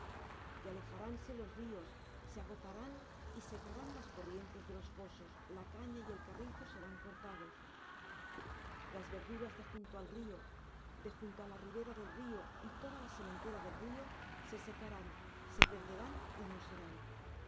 y alejaránse los ríos se agotarán y secarán las corrientes de los fosos la caña y el carrizo serán cortados las verduras de junto al río de junto á la ribera del río y toda sementera del río se secarán se perderán y no serán